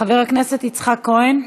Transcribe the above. חבר הכנסת יצחק כהן,